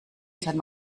sein